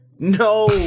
No